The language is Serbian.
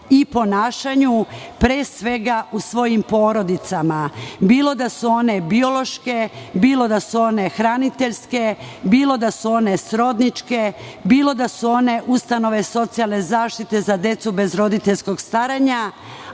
i ponašanju, pre svega u svojim porodicama, bilo da su one biološke, bilo da su one hraniteljske, bilo da su one srodničke, bilo da su one ustanove socijalne zaštite za decu bez roditeljskog staranja,